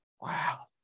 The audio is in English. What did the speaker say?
wow